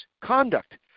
conduct